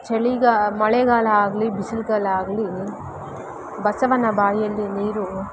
ಚಳಿಗಾಲ ಮಳೆಗಾಲ ಆಗಲಿ ಬಿಸಿಲುಗಾಲ ಆಗಲಿ ಬಸವನ ಬಾಯಲ್ಲಿ ನೀರು